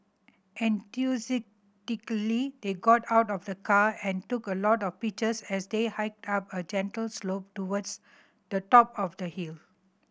enthusiastically they got out of the car and took a lot of pictures as they hiked up a gentle slope towards the top of the hill